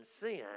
sin